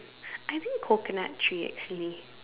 I think coconut tree actually